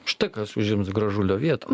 štai kas užims gražulio vietą